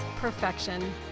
perfection